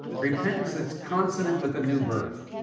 repentance that's consonant with a new birth,